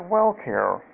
WellCare